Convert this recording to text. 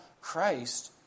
Christ